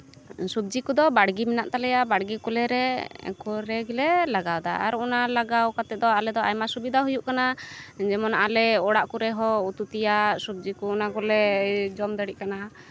ᱥᱚᱵᱽᱡᱤ ᱠᱚᱫᱚ ᱵᱟᱲᱜᱮ ᱢᱮᱱᱟᱜ ᱛᱟᱞᱮᱭᱟ ᱵᱟᱲᱜᱮ ᱠᱚᱨᱮ ᱜᱮᱞᱮ ᱞᱟᱜᱟᱣᱫᱟ ᱟᱨ ᱚᱱᱟ ᱞᱟᱜᱟᱣ ᱠᱟᱛᱮᱜ ᱫᱚ ᱟᱞᱮᱫᱚ ᱟᱭᱢᱟ ᱥᱩᱵᱤᱫᱷᱟ ᱦᱩᱭᱩᱜ ᱠᱟᱱᱟ ᱡᱮᱢᱚᱱ ᱟᱞᱮ ᱚᱲᱟᱜ ᱠᱚᱨᱮᱦᱚᱸ ᱩᱛᱩ ᱛᱮᱭᱟᱜ ᱥᱚᱵᱽᱡᱤ ᱠᱚ ᱚᱱᱟ ᱠᱚᱞᱮ ᱡᱚᱢ ᱫᱟᱲᱮᱜ ᱠᱟᱱᱟ